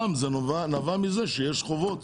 זה נבע מכך שיש חובות